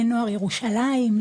לנוער ירושלים,